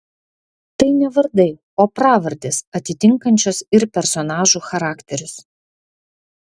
tai ne vardai o pravardės atitinkančios ir personažų charakterius